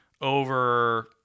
over